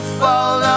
fall